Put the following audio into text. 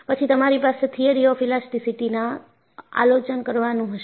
પછી તમારી પાસે થિઅરી ઓફ ઇલાસ્ટીસીટીના આલોચન કરવાનું હશે